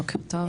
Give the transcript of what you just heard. בוקר טוב.